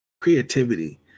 creativity